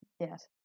Yes